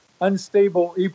unstable